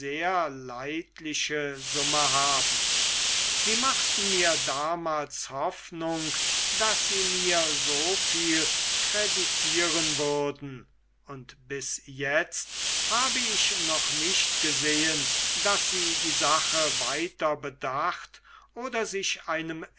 leidliche summe haben sie machten mir damals hoffnung daß sie mir so viel kreditieren würden und bis jetzt habe ich noch nicht gesehen daß sie die sache weiter bedacht oder sich einem